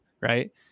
right